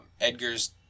Edgar's